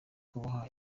kuboha